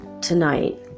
tonight